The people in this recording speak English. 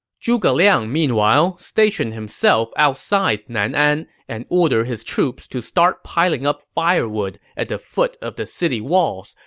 zhuge liang, meanwhile, stationed himself outside nanan and ordered his troops to start piling up firewood at the foot of the city walls,